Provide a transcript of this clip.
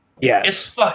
Yes